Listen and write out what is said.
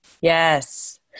yes